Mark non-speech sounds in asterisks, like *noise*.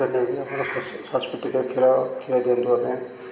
*unintelligible* ସଂସ୍କୃତିରେ କ୍ଷୀର ଦିଅନ୍ତି ଆମେ